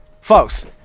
Folks